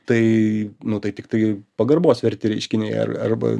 tai nu tai tiktai pagarbos verti reiškiniai ar arba